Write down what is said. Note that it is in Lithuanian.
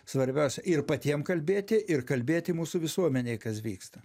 svarbiausia ir patiem kalbėti ir kalbėti mūsų visuomenei kas vyksta